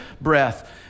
breath